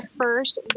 first